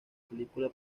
película